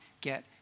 get